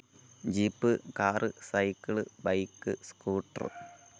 jeep car cycle bike scooter